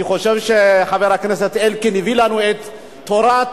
אני חושב שחבר הכנסת אלקין הביא לנו את תורת